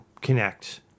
connect